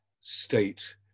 state